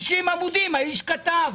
60 עמודים האיש כתב